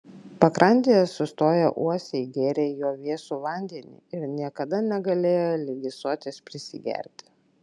pakrantėje sustoję uosiai gėrė jo vėsų vandenį ir niekada negalėjo ligi soties prisigerti